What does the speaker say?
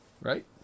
Right